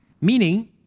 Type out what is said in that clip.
Meaning